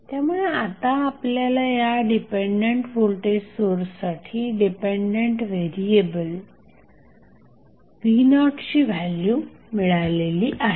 त्यामुळे आता आपल्याला या डिपेंडंट व्होल्टेज सोर्ससाठी डिपेंडंट व्हेरिएबल v0 ची व्हॅल्यू मिळालेली आहे